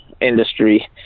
industry